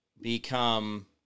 become